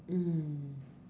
mm